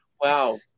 Wow